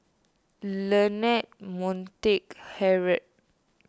Leonard Montague Harrod